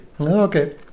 Okay